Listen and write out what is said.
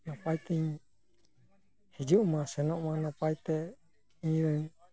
ᱱᱟᱯᱟᱭ ᱛᱤᱧ ᱦᱤᱡᱩᱜ ᱢᱟ ᱥᱮᱱᱚᱜ ᱢᱟ ᱱᱟᱯᱟᱭ ᱛᱮ ᱤᱧᱟᱹᱝ